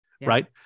right